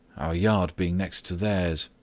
our yard being next to theirs.